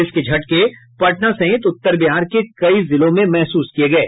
इसके झटके पटना सहित उत्तर बिहार के कई जिलों में महसूस किये गये